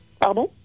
Pardon